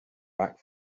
back